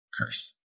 curse